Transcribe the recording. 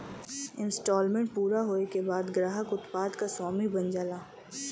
instalment पूरा होये के बाद ग्राहक उत्पाद क स्वामी बन जाला